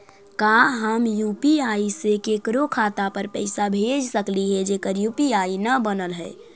का हम यु.पी.आई से केकरो खाता पर पैसा भेज सकली हे जेकर यु.पी.आई न बनल है?